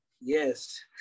Yes